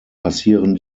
passieren